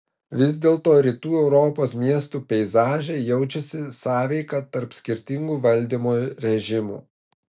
vis dėlto rytų europos miestų peizaže jaučiasi sąveika tarp skirtingų valdymo režimų